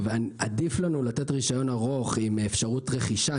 עדיף לנו לתת רישיון ארוך עם אפשרות רכישה,